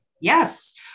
yes